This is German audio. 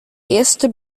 erste